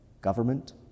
government